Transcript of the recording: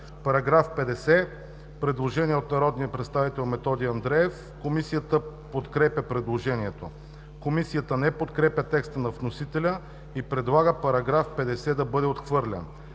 По § 56 има предложение от народния представител Методи Андреев. Комисията подкрепя предложението. Комисията не подкрепя текста на вносителя и предлага § 56 да бъде отхвърлен.